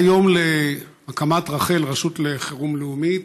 היה יום להקמת רח"ל, רשות חירום לאומית,